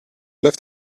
left